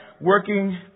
working